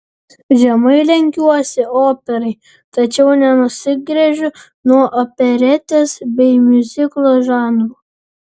žemai lenkiuosi operai tačiau nenusigręžiu nuo operetės bei miuziklo žanrų